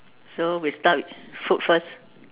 so we start with food first